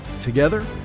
Together